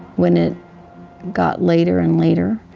when it got later and later,